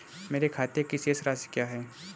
मेरे खाते की शेष राशि क्या है?